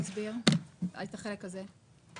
תסביר את החלק הזה.